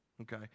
okay